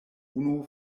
unu